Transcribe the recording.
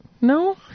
No